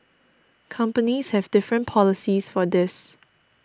companies have different policies for this